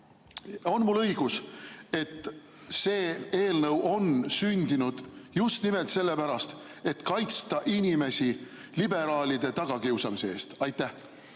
On mul õigus, et see eelnõu on sündinud just nimelt sellepärast, et kaitsta inimesi liberaalide tagakiusamise eest? Jaa,